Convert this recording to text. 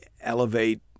elevate